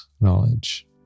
knowledge